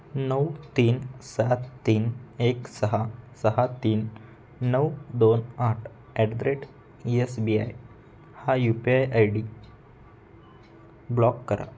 नऊ तीन सात तीन एक सहा सहा तीन नऊ दोन आठ at the rate S B I हा U P I I D block करा